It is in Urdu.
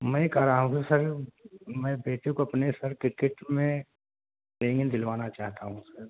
میں کہہ رہا ہوں کہ سر میں بیٹے کو اپنے سر کرکٹ میں ٹرینگنگ دلوانا چاہتا ہوں سر